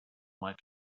might